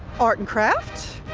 art and craft,